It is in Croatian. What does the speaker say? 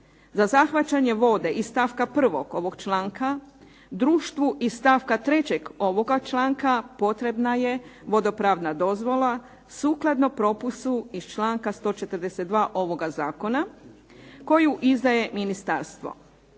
Za zahvaćanje vode iz stavka 1. ovog članka društvu iz stavka 3. ovoga članka potrebna je vodopravna dozvola, sukladno propustu iz članka 142. ovoga zakona, koju izdaje ministarstvo.